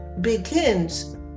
begins